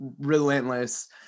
relentless